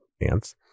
ants